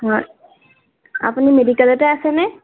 হয় আপুনি মেডিকেলতে আছেনে